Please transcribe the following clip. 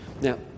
Now